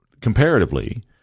comparatively –